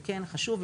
וכן, חשוב.